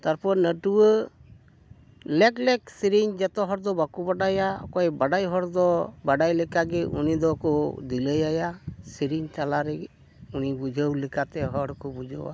ᱛᱟᱨᱯᱚᱨ ᱱᱟᱹᱴᱩᱣᱟᱹ ᱞᱮᱠ ᱞᱮᱠ ᱥᱮᱨᱮᱧ ᱡᱚᱛᱚ ᱦᱚᱲᱫᱚ ᱵᱟᱠᱚ ᱵᱟᱰᱟᱭᱟ ᱚᱠᱚᱭ ᱵᱟᱰᱟᱭ ᱦᱚᱲᱫᱚ ᱵᱟᱰᱟᱭ ᱞᱮᱠᱟᱜᱮ ᱩᱱᱤ ᱫᱚᱠᱚ ᱫᱤᱞᱟᱹᱭ ᱟᱭᱟ ᱥᱮᱨᱮᱧ ᱛᱟᱞᱟ ᱨᱮᱜᱮ ᱩᱱᱤ ᱵᱩᱡᱷᱟᱹᱣ ᱞᱮᱠᱟᱛᱮ ᱦᱚᱲ ᱠᱚ ᱵᱩᱡᱷᱟᱹᱣᱟ